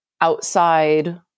outside